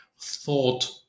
thought